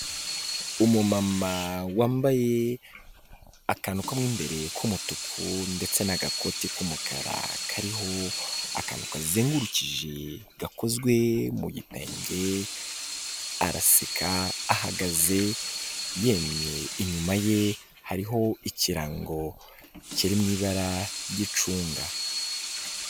Umumama wambaye akantu ko mu imbere k'umutuku ndetse n'agakoti k'umukara kariho akantu kazengurukije gakozwe mu gitenge, araseka, ahagaze yemye, inyuma ye hariho ikirango kiri mu ibara ry'icunga.